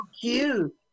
cute